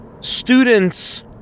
students